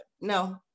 No